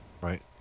Right